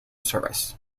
service